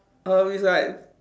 um it's like